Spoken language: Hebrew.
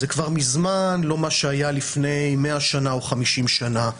זה כבר מזמן לא מה שהיה לפני 100 שנה או 50 שנה.